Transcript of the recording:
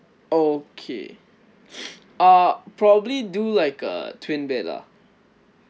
okay uh probably do like a twin bed lah